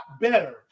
better